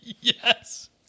Yes